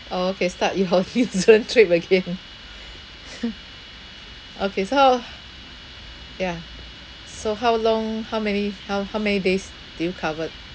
okay start your insurance trip again okay so how ya so how long how many how how many days do you covered